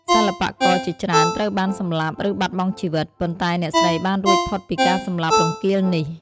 សិល្បករជាច្រើនត្រូវបានសម្លាប់ ឬបាត់បង់ជីវិត ប៉ុន្តែអ្នកស្រីបានរួចផុតពីការសម្លាប់រង្គាលនេះ។